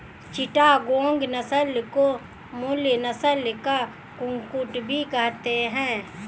चिटागोंग नस्ल को मलय नस्ल का कुक्कुट भी कहते हैं